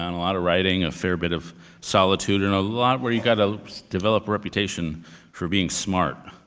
ah a lot of writing, a fair bit of solitude, and a lot where you've got to develop a reputation for being smart.